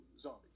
zombies